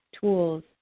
tools